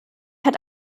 hat